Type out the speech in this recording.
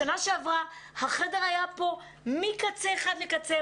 בשנה שעברה החדר היה פה מקצה אחד לקצה,